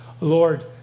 Lord